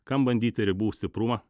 kam bandyti ribų stiprumą